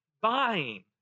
buying